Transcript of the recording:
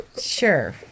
Sure